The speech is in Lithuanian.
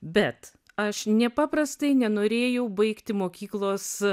bet aš nepaprastai nenorėjau baigti mokyklos